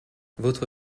votre